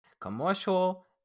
Commercial